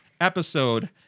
episode